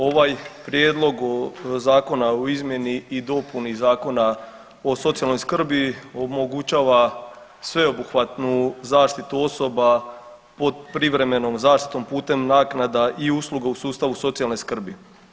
Ovaj Prijedlog zakona o izmjeni i dopuni Zakona o socijalnoj skrbi omogućava sveobuhvatnu zaštitu osoba pod privremenom zaštitom putem naknada i usluga u sustavu socijalne skrbi.